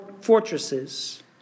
fortresses